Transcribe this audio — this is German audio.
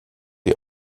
die